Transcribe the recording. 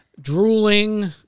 drooling